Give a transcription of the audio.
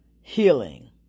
healing